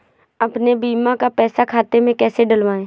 अपने बीमा का पैसा खाते में कैसे डलवाए?